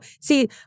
see